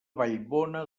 vallbona